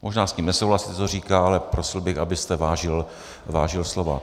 Možná s tím nesouhlasíte, co říká, ale prosil bych, abyste vážil slova.